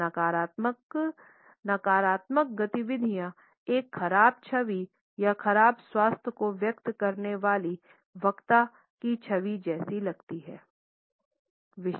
यह नकारात्मक गतिविधियों एक खराब छवि या खराब स्वास्थ्य को व्यक्त करने वाली वक्ता की छवि जैसी लगती हैं